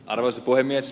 arvoisa puhemies